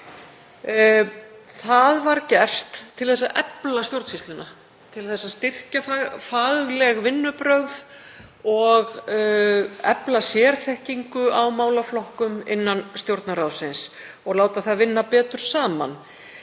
Það var gert til þess að efla stjórnsýsluna, til að styrkja fagleg vinnubrögð og efla sérþekkingu á málaflokkum innan Stjórnarráðsins og láta það vinna betur saman.